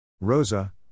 Rosa